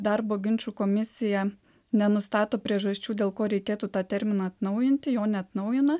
darbo ginčų komisija nenustato priežasčių dėl ko reikėtų tą terminą atnaujinti jo neatnaujina